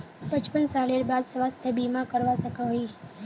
पचपन सालेर बाद स्वास्थ्य बीमा करवा सकोहो ही?